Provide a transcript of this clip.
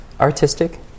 artistic